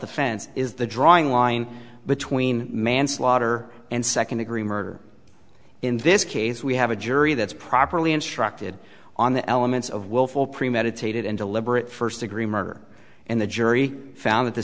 defense is the drawing line between manslaughter and second degree murder in this case we have a jury that's properly instructed on the elements of willful premeditated and deliberate first degree murder and the jury found that the